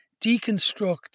deconstruct